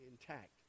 intact